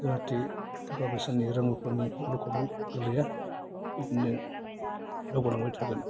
जाहाथे थाखा फैसानि रां रुफानि अलखदाव गोलैया बिदिनो दावगालांबाय थागोन